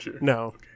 No